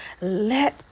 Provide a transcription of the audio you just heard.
let